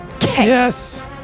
Yes